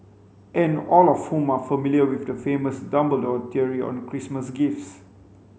and all of whom are familiar with the famous Dumbledore theory on Christmas gifts